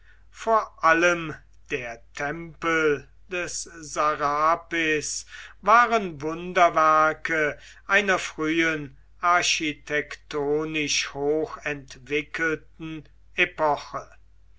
vor allem der tempel des sarapis waren wunderwerke einer früheren architektonisch hoch entwickelten epoche